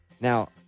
Now